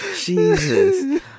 Jesus